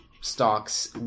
stocks